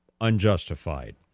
unjustified